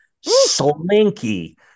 slinky